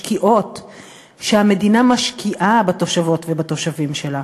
שהמדינה משקיעה בתושבות ובתושבים שלה.